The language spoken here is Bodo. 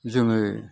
जोङो